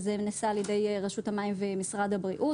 שזה נעשה על ידי רשות המים ומשרד הבריאות.